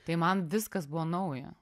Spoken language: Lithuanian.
tai man viskas buvo nauja